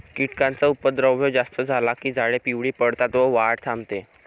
कीटकांचा उपद्रव जास्त झाला की झाडे पिवळी पडतात व वाढ थांबते